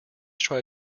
try